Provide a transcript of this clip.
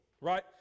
right